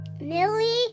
Millie